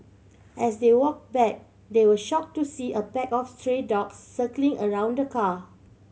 as they walk back they were shock to see a pack of stray dogs circling around the car